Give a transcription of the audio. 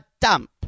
dump